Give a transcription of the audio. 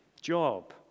job